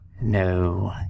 No